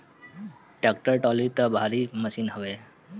tractor trolley तअ भारी machine हवे